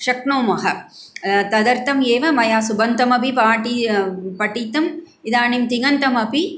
शक्नुमः तदर्थम् एव मया सुबन्तम् अपि पठितम् इदानीं तिङन्तम् अपि